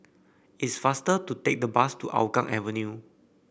it's faster to take the bus to Hougang Avenue